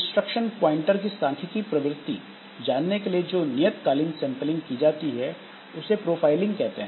instruction pointer की सांख्यिकीय प्रवृत्ति जानने के लिए जो नियत कालीन सैंम्पलिंग की जाती है उसे प्रोफाइलिंग कहते हैं